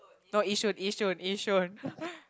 no Yishun Yishun Yishun